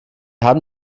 haben